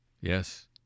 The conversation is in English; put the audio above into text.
Yes